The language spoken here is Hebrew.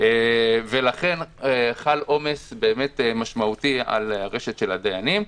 לכן חל עומס באמת משמעותי על הרשת של הדיינים.